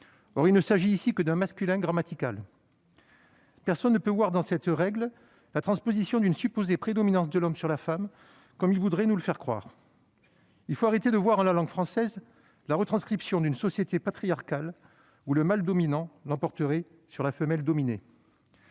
Or il ne s'agit ici que d'un masculin grammatical. Personne ne peut voir dans cette règle la transposition d'une supposée prédominance de l'homme sur la femme, comme ils voudraient nous le faire croire. Il faut arrêter de voir dans la langue française la retranscription d'une société patriarcale où le mâle dominant l'emporterait sur la femelle dominée.